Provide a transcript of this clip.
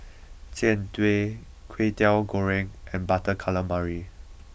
Jian Dui Kway Teow Goreng and Butter Calamari